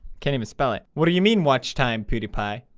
can't even espel it what do u mean watch time, pewdiepie?